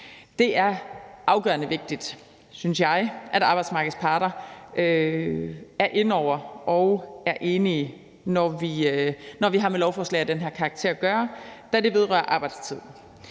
Det er afgørende vigtigt, synes jeg, at arbejdsmarkedets parter er inde over og er enige, når vi har med lovforslag af den her karakter at gøre, da det vedrører arbejdstid.